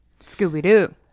Scooby-Doo